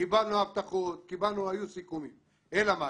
קיבלנו הבטחות, קיבלנו, היו סיכומים, אלא מאי?